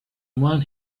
one